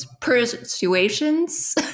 persuasions